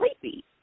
sleepy